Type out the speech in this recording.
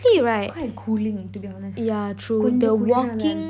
it's quite cooling to be honest கொஞ்சம் கூலிற்தான் இருக்கும்:konjam koolirathaan irukum